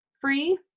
free